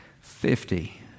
Fifty